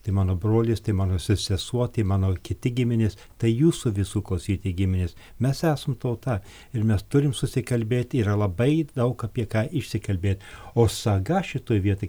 tai mano brolis tai mano se sesuo tai mano kiti giminės tai jūsų visų klausytojai giminės mes esam tauta ir mes turim susikalbėti yra labai daug apie ką išsikalbėt o saga šitoj vietoj